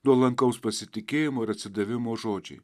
nuolankaus pasitikėjimo ir atsidavimo žodžiai